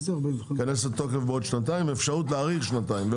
יכנס לתוקף בעוד שנתיים עם אפשרות להאריך בשנתיים.